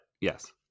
yes